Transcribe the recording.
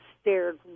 stared